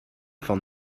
van